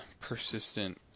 persistent